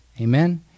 Amen